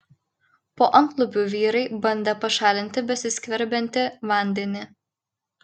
po antlubiu vyrai bandė pašalinti besiskverbiantį vandenį